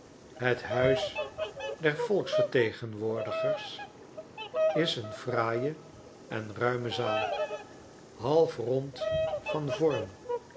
het huis der volksvertegenwoordigers is een fraaie en ruime zaal half rond van vorm